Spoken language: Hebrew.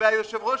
והיושב-ראש